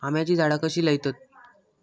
आम्याची झाडा कशी लयतत?